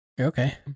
okay